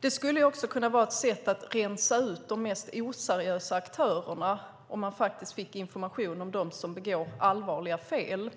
Det skulle också kunna vara ett sätt att rensa ut de mest oseriösa aktörerna, om man faktiskt fick information om dem som begår allvarliga fel.